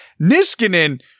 Niskanen